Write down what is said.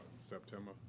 September